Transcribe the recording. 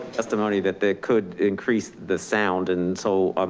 testimony that there could increase the sound. and so,